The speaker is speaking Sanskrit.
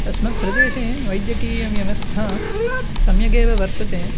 अस्मद् प्रदेशे वैद्यकीयव्यवस्था सम्यगेव वर्तते